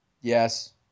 Yes